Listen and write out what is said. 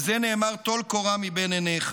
על זה נאמר, "טול קורה מבין עיניך".